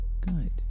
Good